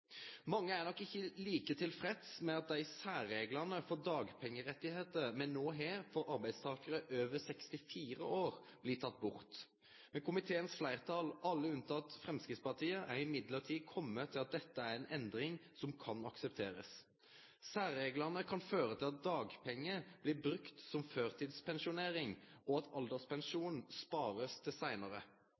Mange er nok ikkje like tilfredse med at særreglane for retten til dagpengar som me no har for arbeidstakarar over 64 år, blir tekne bort. Komiteens fleirtal, alle unntatt Framstegspartiet, er likevel komne til at dette er ei endring som kan aksepterast. Særreglane kan føre til at dagpengar blir brukte som førtidspensjonering, og at alderspensjonen blir spart til seinare.